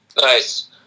Nice